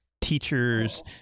teachers